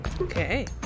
Okay